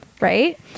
Right